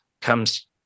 comes